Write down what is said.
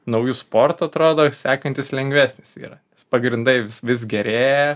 nauju sportu atrodo sekantis lengvesnis yra pagrindai vis vis gerėja